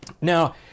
now